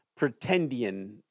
pretendian